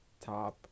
top